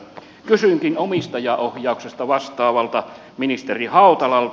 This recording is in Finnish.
kysynkin omistajaohjauksesta vastaavalta ministeri hautalalta